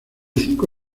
cinco